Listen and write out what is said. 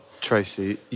Tracy